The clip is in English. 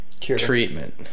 treatment